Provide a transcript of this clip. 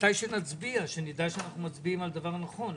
שנצביע על הדבר הנכון.